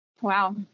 Wow